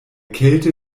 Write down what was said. kälte